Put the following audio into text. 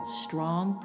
strong